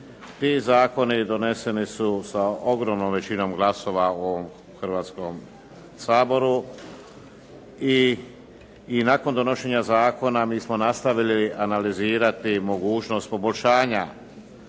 Ti zakoni doneseni su sa ogromnom većinom glasova u ovom Hrvatskom saboru. I nakon donošenja zakona mi smo nastavili analizirati mogućnost poboljšanja